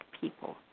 people